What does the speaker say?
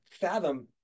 fathom